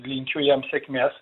linkiu jam sėkmės